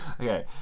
Okay